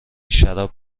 شراب